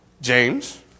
James